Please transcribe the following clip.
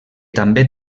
també